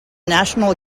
national